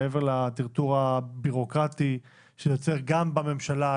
מעבר לטרטור הבירוקרטי שזה יוצר גם בממשלה,